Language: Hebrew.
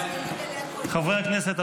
חברי הכנסת,